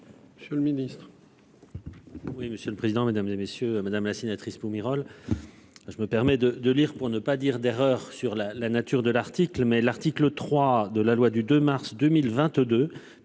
Monsieur le Ministre,